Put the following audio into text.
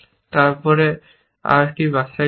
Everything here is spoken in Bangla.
তারপরে আমরা একটি বাছাই করব